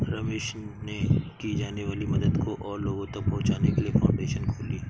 रमेश ने की जाने वाली मदद को और लोगो तक पहुचाने के लिए फाउंडेशन खोली